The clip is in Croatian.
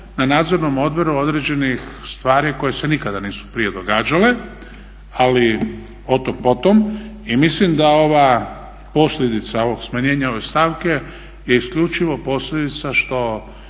na nadzornom odboru određenih stvari koje se nikada nisu prije događale, ali otom potom. I mislim da ova posljedica ovog smanjenja ove stavke je isključivo posljedica što